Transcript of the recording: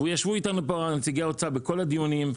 ישבו איתנו פה נציגי האוצר בכל הדיונים,